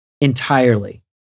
entirely